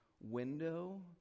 window